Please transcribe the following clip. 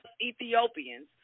Ethiopians